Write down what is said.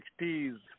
1960s